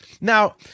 Now